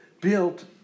built